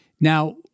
Now